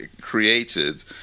created